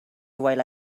while